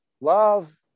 Love